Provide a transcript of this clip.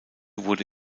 wurde